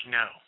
no